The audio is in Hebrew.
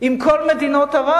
עם כל מדינות ערב,